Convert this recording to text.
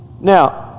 Now